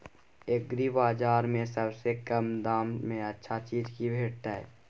एग्रीबाजार में सबसे कम दाम में अच्छा चीज की भेटत?